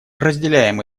разделяем